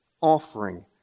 offering